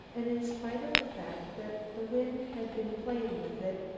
and in spite of the fact that the wind had been playing with it,